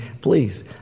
Please